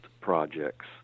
projects